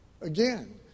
again